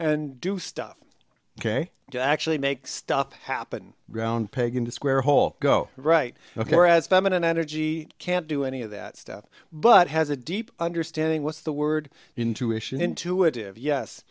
and do stuff ok to actually make stuff happen round peg into a square hole go right ok whereas feminine energy can't do any of that stuff but has a deep understanding what's the word intuition intuitive yes